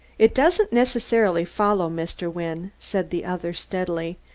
it doesn't necessarily follow, mr. wynne, said the other steadily,